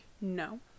No